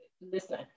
listen